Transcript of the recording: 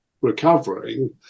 recovering